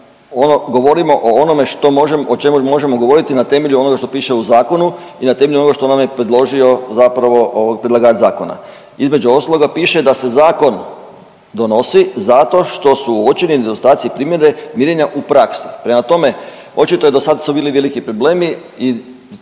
možemo, o čemu možemo govoriti na temelju onoga što piše u zakonu i na temelju onoga što nam je predložio zapravo predlagač zakona. Između ostaloga piše da se zakon donosi zato što su uočeni nedostaci primjene mirenja u praksi. Prema tome, očito je dosad su bili veliki problemi